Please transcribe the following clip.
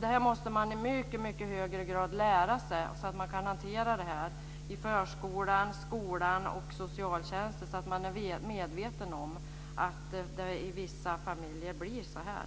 Det här måste man i mycket högre grad lära sig så att man kan hantera detta i förskolan, skolan och socialtjänsten. Man måste vara medveten om att det blir så här i vissa familjer.